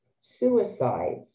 suicides